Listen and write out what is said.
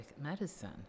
medicine